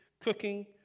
cooking